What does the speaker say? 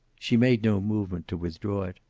she made no movement to withdraw it.